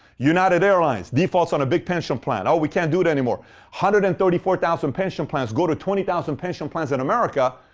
united airlines defaults on a big pension plan. oh, we can't do it anymore. one hundred and thirty four thousand pension plans go to twenty thousand pension plans in america,